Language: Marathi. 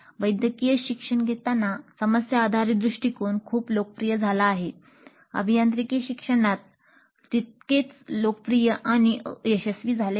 वैद्यकीय शिक्षण घेताना समस्या आधारित दृष्टीकोन खूप लोकप्रिय झाला आहे अभियांत्रिकी शिक्षणात तितकेच लोकप्रिय आणि यशस्वी झाले आहे का